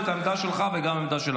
במעשים, במעשים.